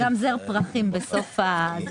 אולי גם את הרפורמה נוביל ביחד, נעשה קואליציה